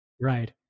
Right